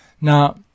Now